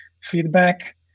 feedback